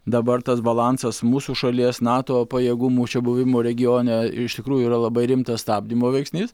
dabar tas balansas mūsų šalies nato pajėgumų buvimo regione iš tikrųjų yra labai rimtas stabdymo veiksnys